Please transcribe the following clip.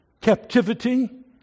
captivity